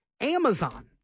Amazon